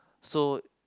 so